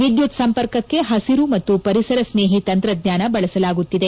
ವಿದ್ಯುಕ್ ಸಂಪರ್ಕಕ್ಕೆ ಪಸಿರು ಮತ್ತು ಪರಿಸರ ಸ್ನೇಹಿ ತಂತ್ರಜ್ಞಾನ ಬಳಸಲಾಗುತ್ತಿದೆ